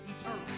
eternal